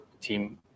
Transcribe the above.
team